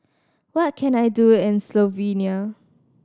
what can I do in Slovenia